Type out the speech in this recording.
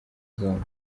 zombi